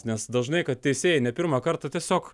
nes dažnai kad teisėjai ne pirmą kartą tiesiog